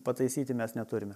pataisyti mes neturime